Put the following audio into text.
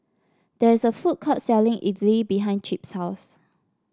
there is a food court selling idly behind Chip's house